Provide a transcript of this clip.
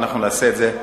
ואנחנו נעשה את זה,